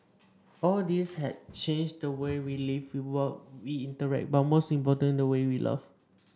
all this has changed the way we live we work we interact but most importantly the way we love